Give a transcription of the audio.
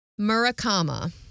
Murakama